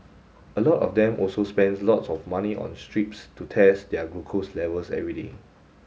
a lot of them also spend lots of money on strips to test their glucose levels every day